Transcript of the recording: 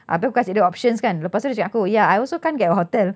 abeh aku kasih dia options kan lepas tu dia cakap dengan aku ya I also can't get a hotel